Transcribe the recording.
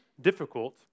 difficult